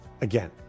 again